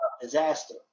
Disaster